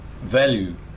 value